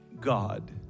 God